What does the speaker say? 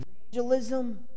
evangelism